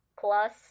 plus